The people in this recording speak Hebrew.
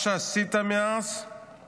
מה שעשית מאז הוא